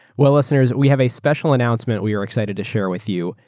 well listeners, we have a special announcement we are excited to share with you.